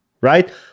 right